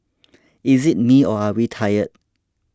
is it me or are we tired